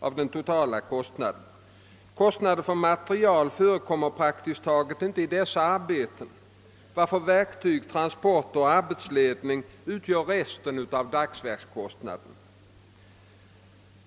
av totala kostnaden. Kostnader för material förekommer praktiskt taget inte i dessa arbeten, varför verktyg, transporter och arbetsledning utgör resten av dagsverkskostnaden.